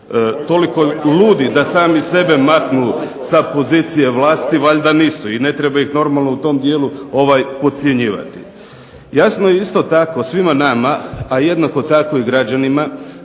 Toliko ludi da sami sebe maknu sa pozicije vlasti valjda nisu i ne treba ih normalno u tom dijelu podcjenjivati. Jasno je isto tako svima nama, a jednako tako i građanima